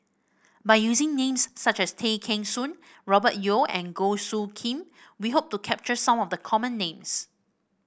by using names such as Tay Kheng Soon Robert Yeo and Goh Soo Khim we hope to capture some of the common names